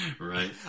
right